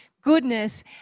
goodness